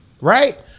right